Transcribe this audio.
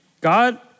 God